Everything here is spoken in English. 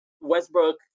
Westbrook